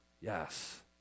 Yes